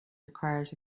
requires